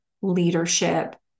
leadership